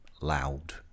loud